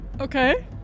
Okay